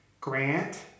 Grant